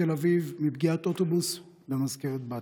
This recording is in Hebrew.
נהרג רוכב אופניים בן 60 מתל אביב מפגיעת אוטובוס במזכרת בתיה,